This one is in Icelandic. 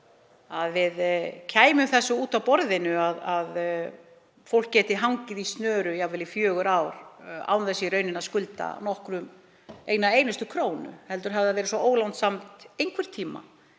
að við kæmum því út af borðinu að fólk geti hangið í snöru í jafnvel fjögur ár án þess að skulda nokkrum eina einustu krónu heldur hafi það verið svo ólánsamt einhvern tíma